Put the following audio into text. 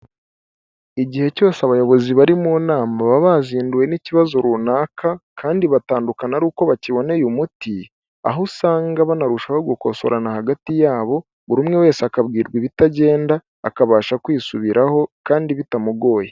Igihe cyose abayobozi bari mu nama baba bazinduwe n'ikibazo runaka, kandi batandukana ari uko bakiboneye umuti. Aho usanga banarushaho gukosorana hagati yabo buri umwe wese akabwirwa ibitagenda akabasha kwisubiraho kandi bitamugoye.